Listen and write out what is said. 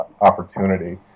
opportunity